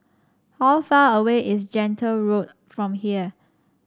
how far away is Gentle Road from here